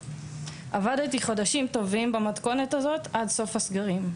עבדתי חודשים במתכונת הזאת עד סוף הסגרים.